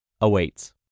awaits